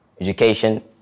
Education